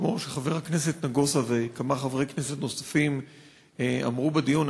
שכמו שחבר הכנסת נגוסה וכמה חברי כנסת נוספים אמרו בדיון,